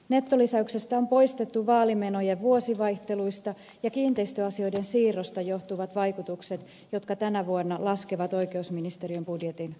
nettolisäyksestä on poistettu vaalimenojen vuosivaihteluista ja kiinteistöasioiden siirrosta johtuvat vaikutukset jotka tänä vuonna laskevat oikeusministeriön budjetin loppusummaa